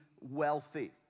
wealthy